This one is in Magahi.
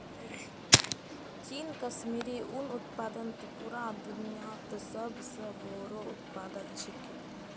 चीन कश्मीरी उन उत्पादनत पूरा दुन्यात सब स बोरो उत्पादक छिके